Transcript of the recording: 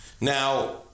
Now